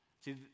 See